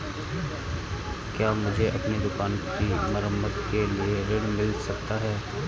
क्या मुझे अपनी दुकान की मरम्मत के लिए ऋण मिल सकता है?